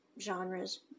genres